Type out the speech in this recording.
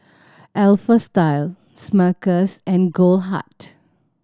Alpha Style Smuckers and Goldheart